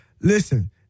listen